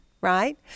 right